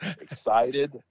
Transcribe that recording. excited